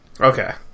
Okay